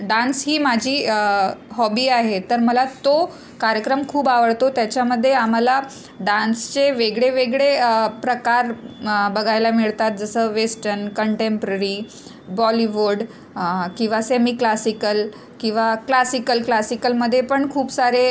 dance ही माझी hobby आहे तर मला तो कार्यक्रम खूप आवडतो त्याच्यामध्ये आम्हाला डान्सचे वेगळेवेगळे प्रकार बघायला मिळतात जसं वेस्टन कंटेम्प्ररी बॉलिवूड किंवा सेमी क्लासिकल किंवा क्लासिकल क्लासिकलमध्ये पण खूप सारे